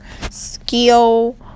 skill